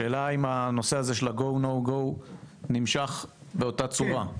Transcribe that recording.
השאלה אם הנושא הזה של Go / No Go נמשך באותה צורה.